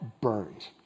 burned